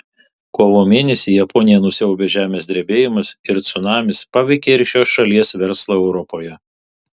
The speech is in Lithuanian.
kovo mėnesį japoniją nusiaubęs žemės drebėjimas ir cunamis paveikė ir šios šalies verslą europoje